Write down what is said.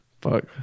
fuck